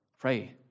Pray